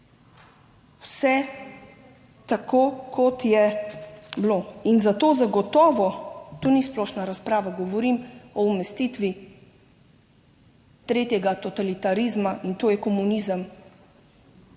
vse tako kot je bilo. In zato zagotovo to ni splošna razprava, govorim o umestitvi tretjega totalitarizma in to je komunizem,